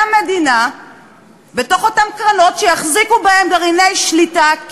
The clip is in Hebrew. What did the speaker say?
המדינה בתוך אותן קרנות שיחזיקו בהן גרעיני שליטה,